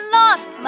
lost